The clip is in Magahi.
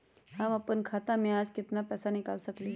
हम अपन खाता में से आज केतना पैसा निकाल सकलि ह?